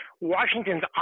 Washington's